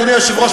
אדוני היושב-ראש,